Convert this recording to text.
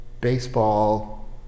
baseball